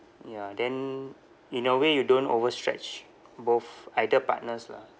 ya then in a way you don't overstretch both either partners lah